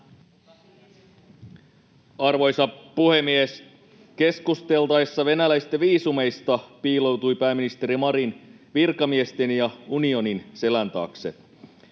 Arvoisa puhemies! Keskusteltaessa venäläisten viisumeista piiloutui pääministeri Marin virkamiesten ja unionin selän taakse.